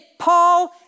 Paul